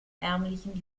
ärmlichen